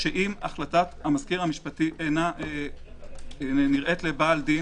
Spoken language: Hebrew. שאם החלטת המזכיר המשפטי אינה נראית לבעל דין,